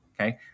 Okay